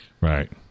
right